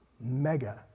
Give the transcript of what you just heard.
mega